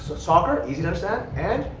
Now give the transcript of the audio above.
soccer, easy to understand, and